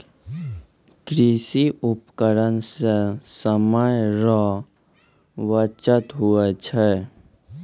कृषि उपकरण से समय रो बचत हुवै छै